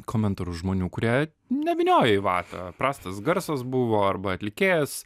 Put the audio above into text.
komentarus žmonių kurie nevynioja į vatą prastas garsas buvo arba atlikėjas